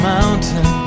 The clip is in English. Mountain